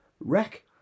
wreck